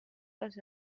dass